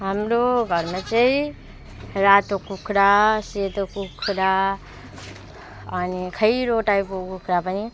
हाम्रो घरमा चाहिँ रातो कुखुरा सेतो कुखुरा अनि खैरो टाइपको कुखुरा पनि